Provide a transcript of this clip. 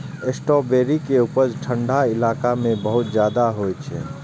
strawberry के उपज ठंढा इलाका मे बहुत ज्यादा होइ छै